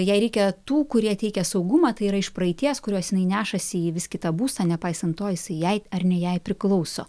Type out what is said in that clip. jai reikia tų kurie teikia saugumą tai yra iš praeities kuriuos jinai nešasi į vis kitą būstą nepaisant to jis jai ar ne jai priklauso